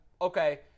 okay